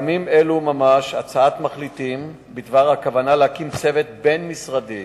בימים אלו ממש נבחנת הצעת מחליטים בדבר הכוונה להקים צוות בין-משרדי